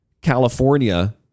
California